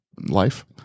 life